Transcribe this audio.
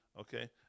Okay